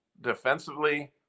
defensively